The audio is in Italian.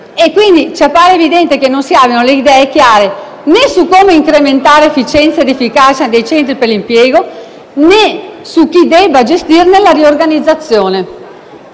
quindi evidente che non si abbiano le idee chiare né su come incrementare efficienza ed efficacia dei centri per l'impiego né su chi debba gestirne la riorganizzazione,